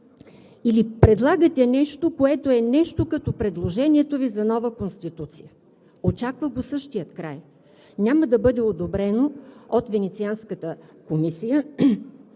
или предлагате нещо, което е като предложението Ви за нова Конституция. Очаква го същия край! Няма да бъде одобрено от Венецианската комисия